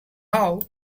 how